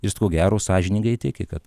jis ko gero sąžiningai tiki kad